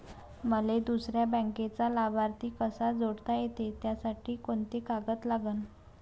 मले दुसऱ्या बँकेचा लाभार्थी कसा जोडता येते, त्यासाठी कोंते कागद लागन?